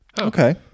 Okay